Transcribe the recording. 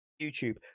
YouTube